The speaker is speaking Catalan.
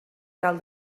tal